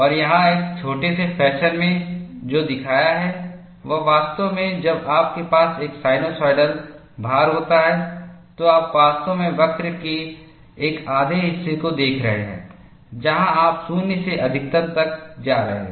और यहां एक छोटे से फैशन में जो दिखाया गया है वह वास्तव में है जब आपके पास एक साइनसोइडल भार होता है तो आप वास्तव में वक्र के एक आधे हिस्से को देख रहे हैं जहां आप 0 से अधिकतम तक जा रहे हैं